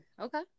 Okay